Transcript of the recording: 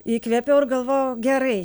įkvėpiau ir galvoju gerai